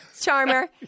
Charmer